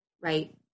Right